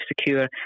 secure